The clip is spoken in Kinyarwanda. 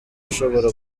ushobora